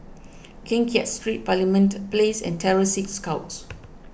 Keng Kiat Street Parliament Place and Terror Sea Scouts